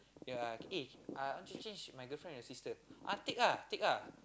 ya eh ah I want to change my girlfriend with your sister ah take ah take ah